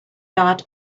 dot